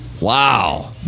Wow